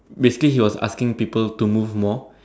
basically he was asking people to move more